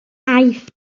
aifft